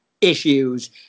issues